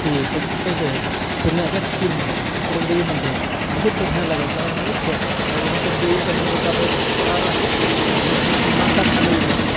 अथि कथि कहए छै पूर्णियाँके ई सिटीके पूरन देवी मंदिर बहुत बढ़िआँ लागै छै आओर नीक छै आओर यहाँके देवीके मंदिर तऽ बहुत पुराना छै जब माता